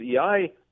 EI